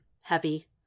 heavy